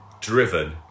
Driven